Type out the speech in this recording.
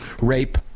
rape